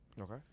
Okay